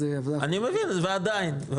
אני מבין, ועדיין.